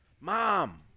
Mom